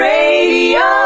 Radio